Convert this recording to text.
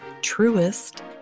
truest